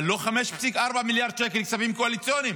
אבל לא 5.4 מיליארד שקל לכספים קואליציוניים